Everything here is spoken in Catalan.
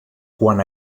quan